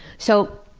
so,